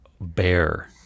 Bear